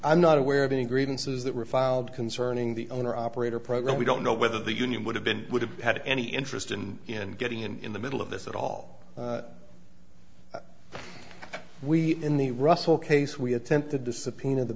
i'm not aware of any grievances that were filed concerning the owner operator program we don't know whether the union would have been would have had any interest and in getting in in the middle of this at all we in the russell case we attempted t